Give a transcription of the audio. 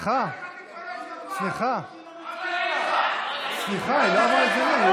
מגיע לך, בועז, סליחה, היא לא אמרה את זה לי.